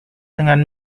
dengan